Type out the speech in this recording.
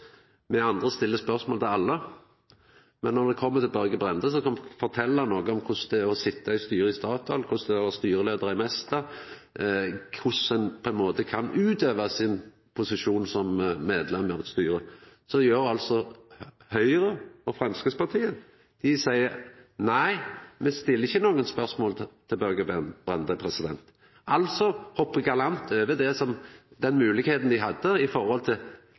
spørsmål til alle, men når me kjem til Børge Brende, som kan fortelja noko om korleis det er å sitja i styret i Statoil, og korleis det er å vera styreleiar i Mesta, og korleis ein kan utøva sin posisjon som medlem av eit styre, stiller altså ikkje Høgre og Framstegspartiet nokre spørsmål til han. Dei hoppar altså galant over den moglegheita dei har i forhold til eigne folk, eigne høgrefolk. For meg blir det